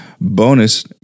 bonus